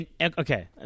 Okay